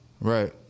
Right